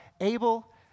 Abel